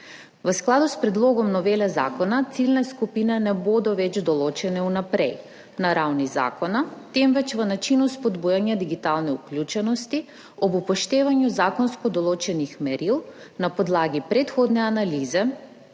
V skladu s predlogom novele zakona ciljne skupine ne bodo več določene vnaprej na ravni zakona, temveč v načinu spodbujanja digitalne vključenosti ob upoštevanju zakonsko določenih meril na podlagi predhodne analize